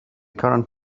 current